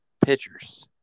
pitchers